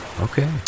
Okay